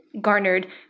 garnered